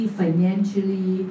financially